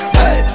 hey